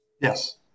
Yes